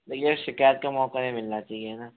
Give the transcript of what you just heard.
देखिये शिकायत का मौका नहीं मिलना चाहिए न